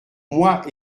moi